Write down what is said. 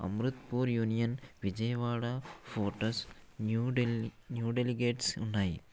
Amritpur union Vijayawada ఫొటస్ New Delhi new delegates ఉన్నాయి